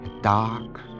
dark